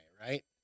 right